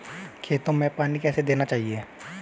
खेतों में पानी कैसे देना चाहिए?